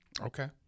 Okay